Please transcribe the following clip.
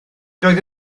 doedd